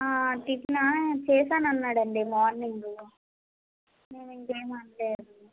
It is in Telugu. టిఫిన్ చేసాను అన్నాడండి మార్నింగు నేను ఇంకేం అనలేదు